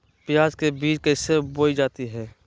प्याज के बीज कैसे बोई जाती हैं?